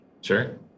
Sure